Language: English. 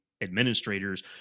administrators